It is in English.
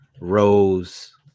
rose